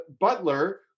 butler